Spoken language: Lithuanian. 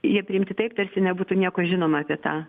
jie priimti taip tarsi nebūtų nieko žinoma apie tą